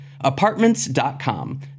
Apartments.com